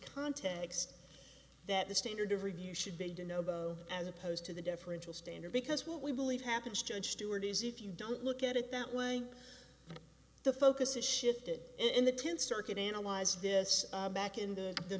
context that the standard of review should be do novo as opposed to the differential standard because what we believe happens judge stuart is if you don't look at it that way the focus has shifted and the tenth circuit analyzed this back in the